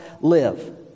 live